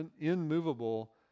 immovable